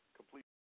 complete